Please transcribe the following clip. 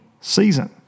season